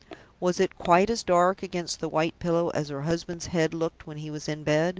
was it quite as dark against the white pillow as her husband's head looked when he was in bed?